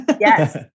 Yes